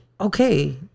okay